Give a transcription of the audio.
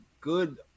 good